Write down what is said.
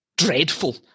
dreadful